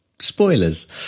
spoilers